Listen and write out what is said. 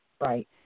Right